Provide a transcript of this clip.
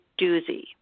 doozy